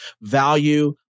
value